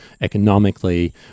economically